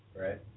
Right